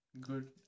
Good